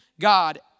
God